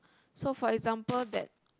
so for example that